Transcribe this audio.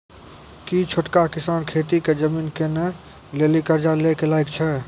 कि छोटका किसान खेती के जमीन किनै लेली कर्जा लै के लायक छै?